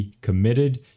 Committed